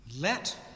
Let